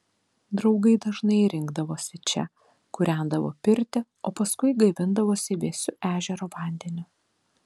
draugai dažnai rinkdavosi čia kūrendavo pirtį o paskui gaivindavosi vėsiu ežero vandeniu